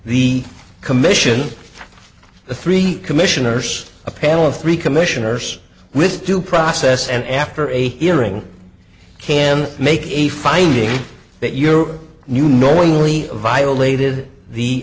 the commission the three commissioners a panel of three commissioners with due process and after a hearing can make a finding that your new knowingly violated the